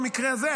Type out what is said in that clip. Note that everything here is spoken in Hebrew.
במקרה הזה,